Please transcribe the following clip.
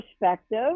perspective